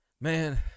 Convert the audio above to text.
Man